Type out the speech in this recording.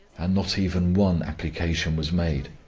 and not even one application was made.